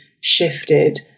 shifted